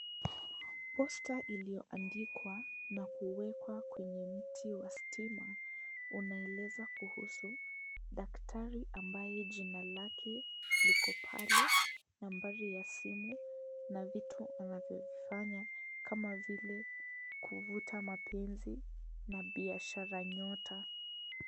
Posta iliyoandikwa na kuwekwa kwenye mti wa stima, unaeleza kuhusu daktari ambaye jina lake liko pale, nambari ya simu, na vitu anavyovifanya kama vile kuvuta mapenzi, na biashara nyota.